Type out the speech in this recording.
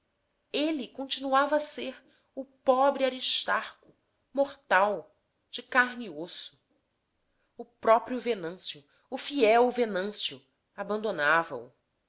ele continuava a ser o pobre aristarco mortal de carne e osso o próprio venâncio o fiel venâncio abandonava o